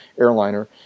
airliner